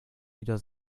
wieder